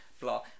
blah